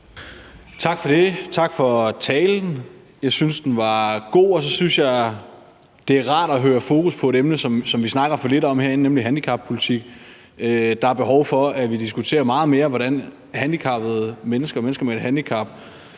Tak for det, og tak for talen. Jeg synes, den var god, og så synes jeg, det er rart at høre om fokus på et emne, som vi snakker for lidt om herinde, nemlig handicappolitik. Der er behov for, at vi diskuterer meget mere, hvordan mennesker med et handicap